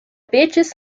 beaches